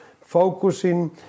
focusing